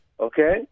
okay